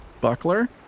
buckler